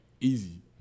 easy